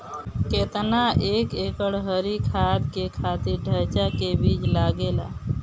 केतना एक एकड़ हरी खाद के खातिर ढैचा के बीज लागेला?